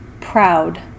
proud